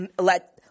let